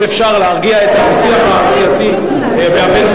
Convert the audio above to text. אם אפשר להרגיע את השיח הסיעתי והבין-סיעתי.